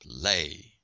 play